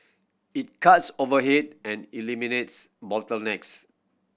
it cuts overhead and eliminates bottlenecks